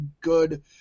good